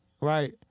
right